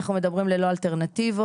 אנחנו מדברים ללא אלטרנטיבות.